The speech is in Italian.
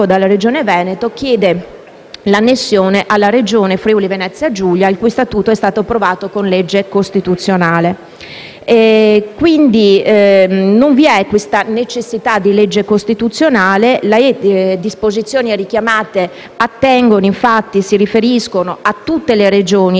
dalla Regione Veneto e l'annessione alla Regione Friuli-Venezia Giulia, il cui Statuto è stato approvato con legge costituzionale. Non vi è, pertanto, la necessità di una legge costituzionale. Le disposizioni richiamate si riferiscono a tutte le Regioni,